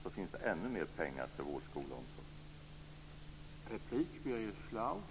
Då finns det ännu mera pengar till vård, skola och omsorg.